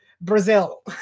Brazil